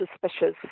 suspicious